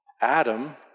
Adam